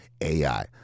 AI